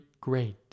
great